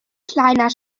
kleiner